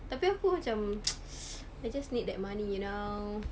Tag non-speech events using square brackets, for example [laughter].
tapi aku macam [noise] I just need that money now